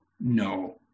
No